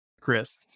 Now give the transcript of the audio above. Chris